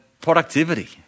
productivity